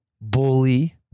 bully